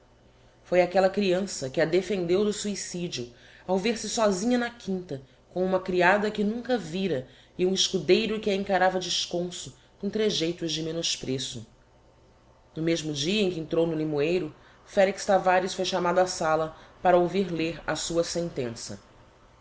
foi aquella criança que a defendeu do suicidio ao vêr-se sósinha na quinta com uma criada que nunca vira e um escudeiro que a encarava de esconso com tregeitos de menospreço no mesmo dia em que entrou no limoeiro felix tavares foi chamado á sala para ouvir lêr a sua sentença